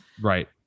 Right